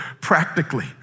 practically